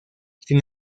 sin